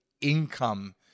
income